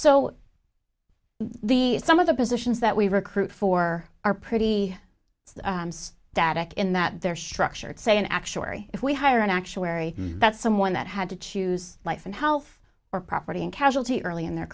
so these some of the positions that we recruit for are pretty data in that they're structured say an actuary if we hire an actuary that's someone that had to choose life and health or property and casualty early in their